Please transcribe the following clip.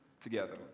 together